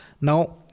Now